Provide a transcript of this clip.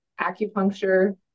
acupuncture